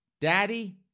Daddy